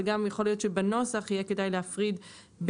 אבל גם יכול להיות שבנוסח יהיה כדאי להפריד בין